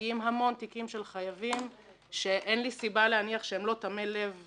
מגיעים המון תיקים של חייבים שאין לי סיבה להניח שהם לא תמי לב,